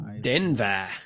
Denver